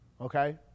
Okay